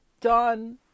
done